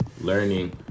learning